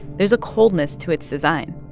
there's a coldness to its design.